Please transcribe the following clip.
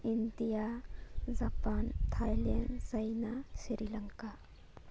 India Japan Thailand China Sri Lanka